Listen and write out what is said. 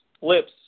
Lips